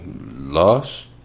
lost